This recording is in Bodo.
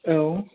औ